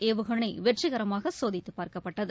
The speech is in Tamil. ஏவுகணைவெற்றிகரமாகசோதித்துபார்க்கப்பட்டது